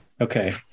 Okay